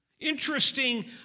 Interesting